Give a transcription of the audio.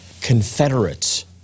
Confederates